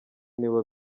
nibo